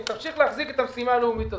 תמשיך להחזיק את המשימה הלאומית הזאת.